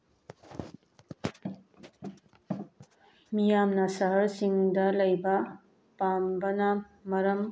ꯃꯤꯌꯥꯝꯅ ꯁꯍꯔꯁꯤꯡꯗ ꯂꯩꯕ ꯄꯥꯝꯕꯅ ꯃꯔꯝ